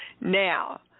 Now